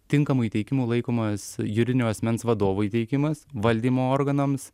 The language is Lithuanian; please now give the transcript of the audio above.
tinkamu įteikimu laikomas juridinio asmens vadovui įteikimas valdymo organams